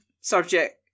subject